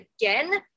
again